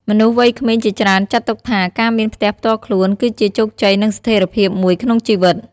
មនុស្សវ័យក្មេងជាច្រើនចាត់ទុកថា ការមានផ្ទះផ្ទាល់ខ្លួនគឹជាជោគជ័យនិងស្ថេរភាពមួយក្នុងជីវិត។